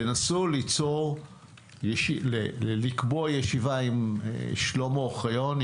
תנסו לקבוע ישיבה עם שלמה אוחיון,